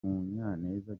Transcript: munyaneza